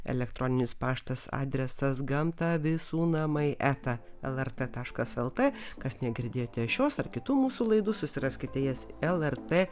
elektroninis paštas adresas gamta visų namai eta lrt taškas lt kas negirdėjote šios ar kitų mūsų laidų susiraskite jas lrt